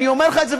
אני אומר לך את זה,